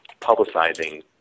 publicizing